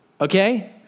Okay